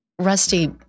Rusty